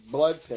Blood